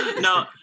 No